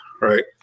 right